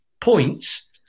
points